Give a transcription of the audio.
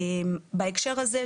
בהקשר הזה,